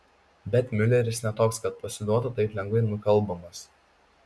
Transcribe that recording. bet miuleris ne toks kad pasiduotų taip lengvai nukalbamas